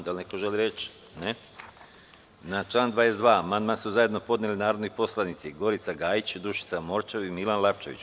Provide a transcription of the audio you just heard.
Da li neko želi reč? (Ne) Na član 22. amandman su zajedno podneli narodni poslanici Gorica Gajić, Dušica Morčev i Milan Lapčević.